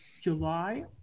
July